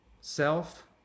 self